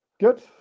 Good